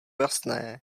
jasné